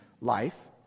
life